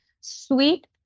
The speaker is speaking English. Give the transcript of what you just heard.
sweet